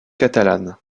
catalane